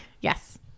Yes